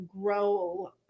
grow